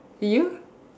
you